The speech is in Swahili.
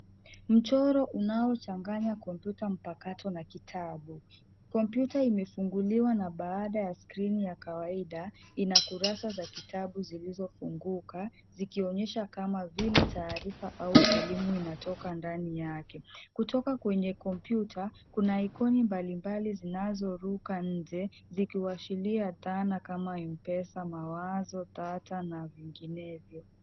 Mchoro unaochanganya kompyuta mpakato na kitabu. Kompyuta imefunguliwa na baada ya skrini ya kawaida, ina kurasa za kitabu zilizofunguka zikionyesha kama vile taarifa au elimu inatoka ndani yake. Kutoka kwenye kompyuta, kuna ikoni mbalimbali zinazoruka nje zikiashiria dhana kama Mpesa, mawazo, data na vinginevyo.